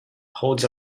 holds